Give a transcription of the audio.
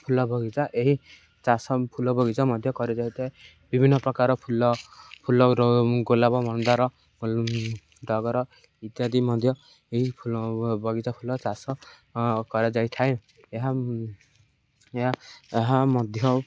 ଫୁଲ ବଗିଚା ଏହି ଚାଷ ଫୁଲ ବଗିଚା ମଧ୍ୟ କରାଯାଇଥାଏ ବିଭିନ୍ନପ୍ରକାର ଫୁଲ ଫୁଲର ଗୋଲାପ ମନ୍ଦାର ଟଗର ଇତ୍ୟାଦି ମଧ୍ୟ ଏହି ଫୁଲ ବଗିଚା ଫୁଲ ଚାଷ କରାଯାଇଥାଏ ଏହା ଏହା ଏହା ମଧ୍ୟ